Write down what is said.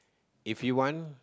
if you want